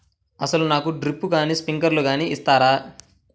అసలు నాకు డ్రిప్లు కానీ స్ప్రింక్లర్ కానీ ఇస్తారా?